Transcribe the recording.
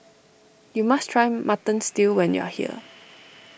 you must try Mutton Stew when you are here